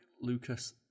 Lucas